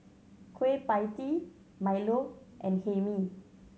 Kueh Pie Tee milo and Hae Mee